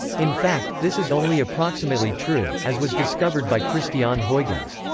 in fact, this is only approximately true, as was discovered by christiaan huygens.